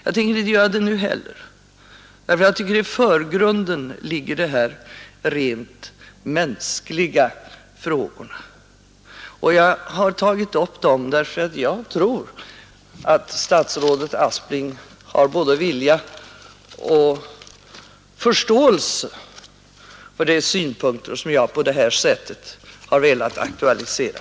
Jag tänker inte heller göra det, ty i förgrunden ligger de rent mänskliga frågorna, och jag har tagit upp dem därför att jag tror att statsrådet Aspling har både vilja och förståelse för de synpunkter som jag på det här sättet har velat aktualisera.